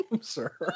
sir